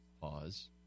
pause